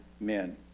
men